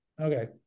Okay